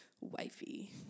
wifey